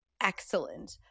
excellent